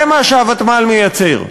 זה מה שהוותמ"ל מייצר.